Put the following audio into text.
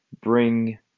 bring